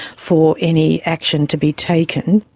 for any action to be taken.